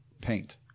paint